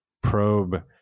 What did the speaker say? probe